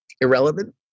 irrelevant